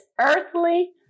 earthly